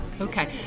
Okay